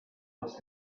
was